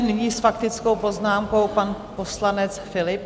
Nyní s faktickou poznámkou pan poslanec Philipp.